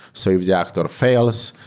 so if the actor fails,